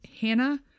Hannah